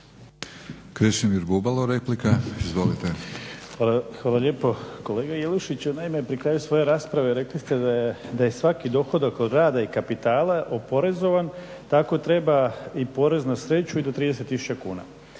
**Bubalo, Krešimir (HDSSB)** Hvala lijepo. Kolega Jelušić naime pri kraju svoje rasprave rekli ste da je svaki dohodak od rada i kapitala oporezovan. Tako treba i porez na sreću i do 30000 kuna.